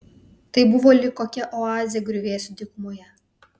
tai buvo lyg kokia oazė griuvėsių dykumoje